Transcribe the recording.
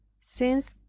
since,